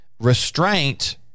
Restraint